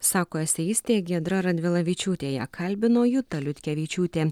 sako esėistė giedra radvilavičiūtė ją kalbino juta liutkevičiūtė